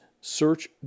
Search